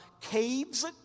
caves